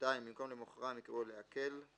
(2)במקום "למכרם" יקראו "לעקל";